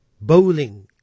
bowling